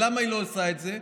למה היא לא עושה את זה?